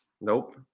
Nope